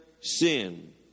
sin